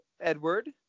Edward